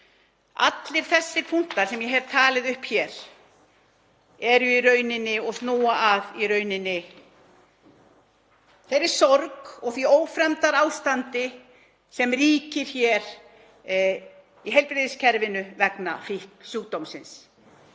Allir þessir punktar sem ég hef talið upp hér snúa í rauninni að þeirri sorg og því ófremdarástandi sem ríkir í heilbrigðiskerfinu vegna fíknisjúkdómsins.